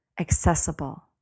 accessible